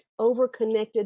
overconnected